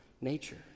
nature